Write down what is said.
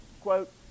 Quote